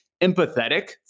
empathetic